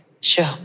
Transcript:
Sure